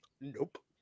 Nope